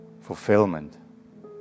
Fulfillment